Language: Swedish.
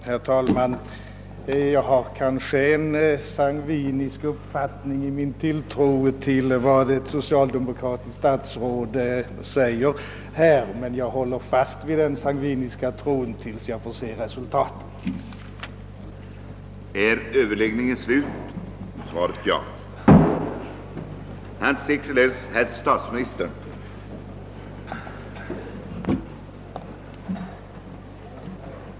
Herr talman! Kanske är min tilltro till vad ett socialdemokratiskt statsråd säger sangvinisk, men jag håller fast vid denna sangviniska tro till dess att jag får se resultatet av prövningen i departementet.